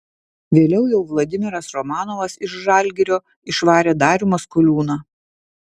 vėliau jau vladimiras romanovas iš žalgirio išvarė darių maskoliūną